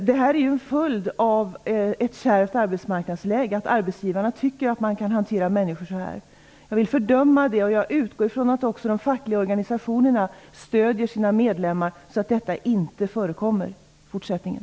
Det här är en följd av ett kärvt arbetsmarknadsläge, då arbetsgivarna tycker att de kan hantera människor så här. Jag vill fördöma det. Jag utgår från att också de fackliga organisationerna stöder sina medlemmar, så att detta inte förekommer i fortsättningen.